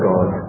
God